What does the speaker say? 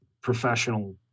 professional